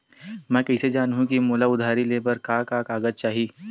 मैं कइसे जानहुँ कि मोला उधारी ले बर का का कागज चाही?